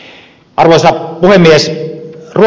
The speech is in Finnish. arvoisa puhemies